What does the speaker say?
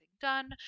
done